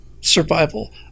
survival